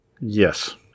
Yes